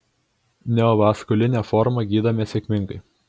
neovaskulinę formą gydome sėkmingai